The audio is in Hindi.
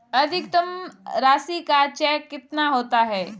अधिकतम राशि का चेक कितना होता है?